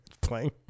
playing